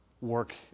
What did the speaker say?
work